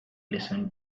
listen